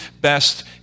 best